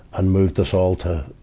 and moved us all to,